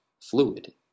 fluid